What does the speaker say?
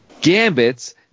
gambit's